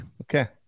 Okay